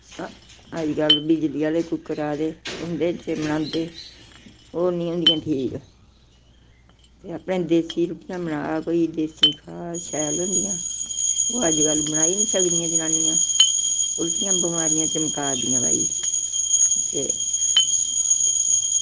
अजकल्ल बिजली आह्ले कुकर आये दे उंदे च बनांदे ओह् निं होंदियां ठीक अपने देसी रुट्टियां बनाऽ कोई देसी खाऽ शैल होंदियां ओह् अजकल्ल बनाई निं सकदियां जनानियां उल्टियां बमारियां चमकादियां भई